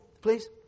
Please